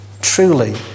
Truly